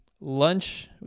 lunch